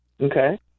Okay